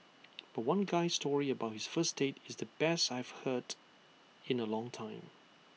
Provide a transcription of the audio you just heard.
but one guy's story about his first date is the best I've heard in A long time